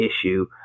issue